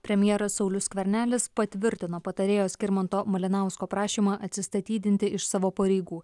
premjeras saulius skvernelis patvirtino patarėjo skirmanto malinausko prašymą atsistatydinti iš savo pareigų